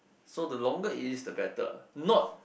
so the longer it is the better not